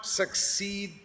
succeed